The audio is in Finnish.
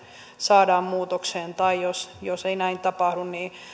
saadaan muutokseen tai jos jos ei näin tapahdu niin on